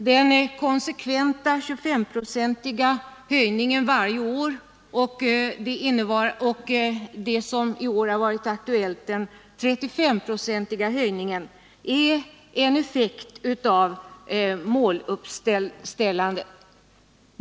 Den konsekventa 25-procentiga höjningen varje år och den i år aktuella 35-procentiga höjningen är en effekt av måluppställandet.